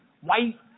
white